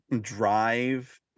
drive